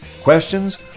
Questions